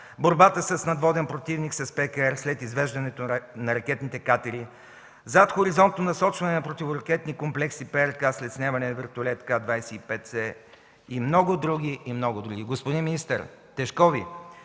борбата с надводен противник с PKR след извеждането на ракетните катери; - задхоризонтно насочване на противоракетни комплекси PRK, след снемане на вертолет „Ка-25Ц” и много други, и много други. Господин министър, тежко Ви!